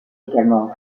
également